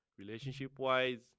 Relationship-wise